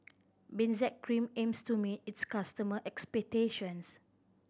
Benzac Cream aims to meet its customer' expectations